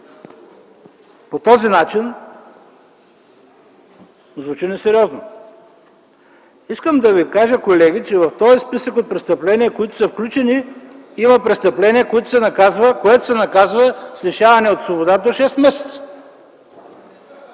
по този начин звучи несериозно. Искам да ви кажа, колеги, че в този списък от престъпления, които са включени, има престъпление, което се наказва с лишаване от свобода до шест месеца.